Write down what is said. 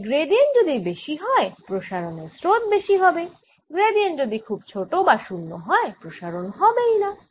তাই গ্র্যাডিয়েন্ট যদি বেশি হয় প্রসারনের স্রোত বেশি হবে গ্র্যাডিয়েন্ট যদি খুব ছোট বা শুন্য হয় প্রসারণ হবেই না